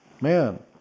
Man